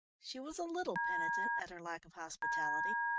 she was a little penitent at her lack of hospitality,